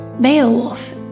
Beowulf